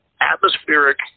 atmospheric